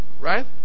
right